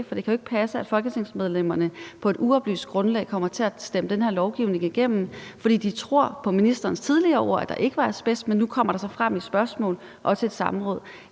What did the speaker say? For det kan jo ikke passe, at folketingsmedlemmerne på et uoplyst grundlag kommer til at stemme den her lovgivning igennem, fordi de tror på ministerens tidligere ord, at der ikke var asbest, men nu kommer det så frem i svaret på et spørgsmål